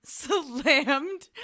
slammed